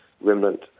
remnant